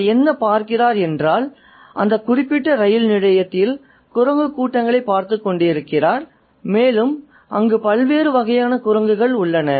அவர் என்ன பார்க்கிறார் என்றால் அந்த நிலையத்தில் குரங்கு கூட்டங்களைப் பார்த்துக் கொண்டிருக்கிறார் மேலும் அங்கு பல்வேறு வகையான குரங்குகள் உள்ளன